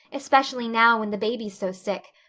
especially now when the baby's so sick.